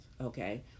okay